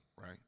right